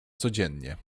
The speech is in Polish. codziennie